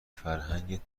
فرهنگت